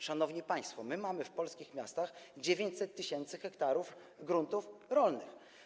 Szanowni państwo, mamy w polskich miastach 900 tys. ha gruntów rolnych.